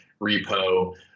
repo